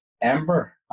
Ember